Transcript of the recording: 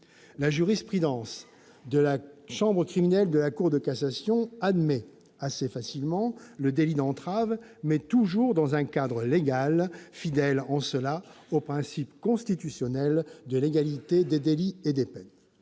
La jurisprudence de la chambre criminelle de la Cour de cassation admet assez facilement le délit d'entrave, mais toujours dans un cadre légal. Elle est fidèle en cela au principe constitutionnel de légalité des délits et des peines.